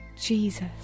Jesus